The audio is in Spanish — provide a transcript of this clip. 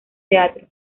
teatro